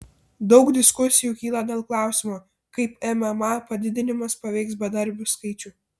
daug diskusijų kyla dėl klausimo kaip mma padidinimas paveiks bedarbių skaičių